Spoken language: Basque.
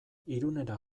irunera